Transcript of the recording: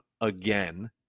again